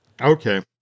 Okay